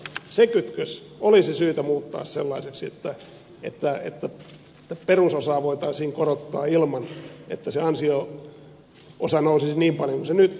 se kytkös olisi syytä muuttaa sellaiseksi että perusosaa voitaisiin korottaa ilman että se ansio osa nousisi niin paljon kuin se nyt nousee